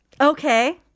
Okay